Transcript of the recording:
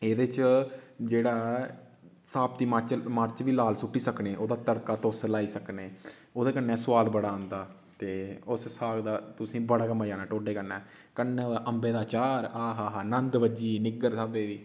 एह्दे च जेह्ड़ा ऐ साप्ती मरच बी लाल सुट्टी सकने ओह्दा तड़का तुस लाई सकने ओह्दे कन्नै सुआद बड़ा आंदा ते उस साग दा तुसेंगी बड़ा गै मजा आना टोडे कन्नै कन्नै होऐ अम्बे दा चार आ हा हा नंद बज्जी गेआ निग्गर स्हाबै दी